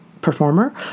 performer